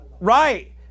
Right